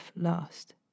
last